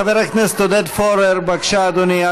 חבר הכנסת עודד פורר, בבקשה, אדוני.